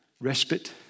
respite